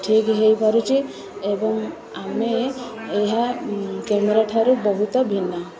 ଠିକ୍ ହେଇପାରୁଛି ଏବଂ ଆମେ ଏହା କ୍ୟାମେରା ଠାରୁ ବହୁତ ଭିନ୍ନ